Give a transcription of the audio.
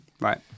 Right